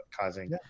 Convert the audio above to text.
causing